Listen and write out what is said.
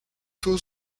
tôt